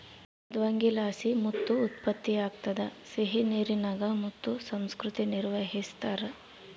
ಮೃದ್ವಂಗಿಲಾಸಿ ಮುತ್ತು ಉತ್ಪತ್ತಿಯಾಗ್ತದ ಸಿಹಿನೀರಿನಾಗ ಮುತ್ತು ಸಂಸ್ಕೃತಿ ನಿರ್ವಹಿಸ್ತಾರ